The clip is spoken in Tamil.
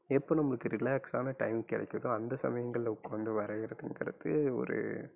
எப்போ நம்மளுக்கு ரிலாக்ஸான டைம் கிடைக்கிதோ அந்த சமயங்களில் உட்காந்து வரைகிறதுங்கிறது ஒரு